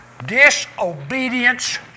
disobedience